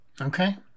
Okay